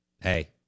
hey